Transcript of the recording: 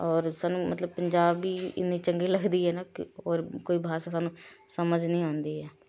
ਔਰ ਸਾਨੂੰ ਮਤਲਬ ਪੰਜਾਬੀ ਇੰਨੀ ਚੰਗੀ ਲੱਗਦੀ ਹੈ ਨਾ ਕਿ ਹੋਰ ਕੋਈ ਭਾਸ਼ਾ ਸਾਨੂੰ ਸਮਜ ਨਹੀਂ ਆਉਂਦੀ